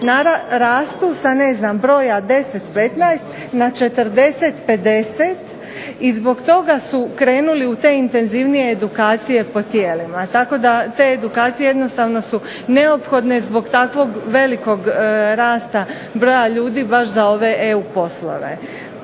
sa ne znam broja 10, 15 na 40, 50 i zbog toga su krenuli u te intenzivnije edukacije po tijelima. Tako da te edukacije jednostavno su neophodne zbog takvog velikog rasta broja ljudi baš za ove EU poslove.